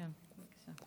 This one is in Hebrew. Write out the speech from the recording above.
בבקשה.